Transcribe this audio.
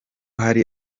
hari